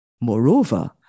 Moreover